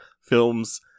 films